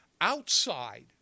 Outside